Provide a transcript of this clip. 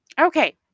okay